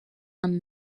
and